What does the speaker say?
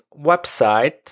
website